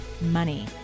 money